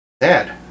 Dad